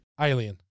Alien